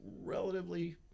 relatively